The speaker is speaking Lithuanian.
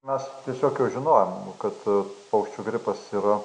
mes tiesiog jau žinojom kad paukščių gripas yra